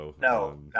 No